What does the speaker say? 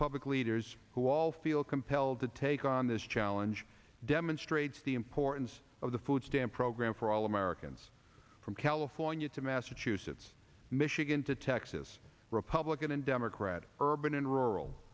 public leaders who all feel compelled to take on this challenge demonstrates the importance of the food stamp program for all americans from california to massachusetts michigan to texas republican and democrat urban and rural